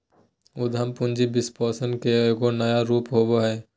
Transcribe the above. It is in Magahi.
उद्यम पूंजी वित्तपोषण के एगो नया रूप होबा हइ